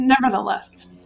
nevertheless